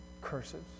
Curses